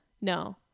No